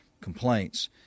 complaints